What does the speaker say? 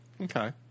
Okay